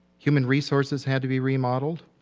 human resources had to be remodeled.